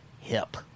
hip